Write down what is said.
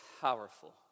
powerful